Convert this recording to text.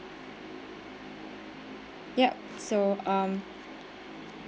yup so um